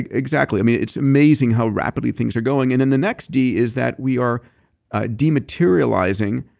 and exactly. um yeah it's amazing how rapidly things are going. and then the next d is that we are ah dematerializing,